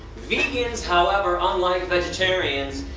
vegans, however, unlike vegetarians,